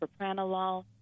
propranolol